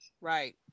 Right